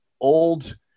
old